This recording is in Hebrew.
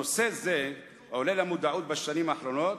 נושא זה עולה למודעות בשנים האחרונות,